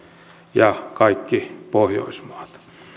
ja kaikki pohjoismaat